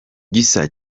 gisa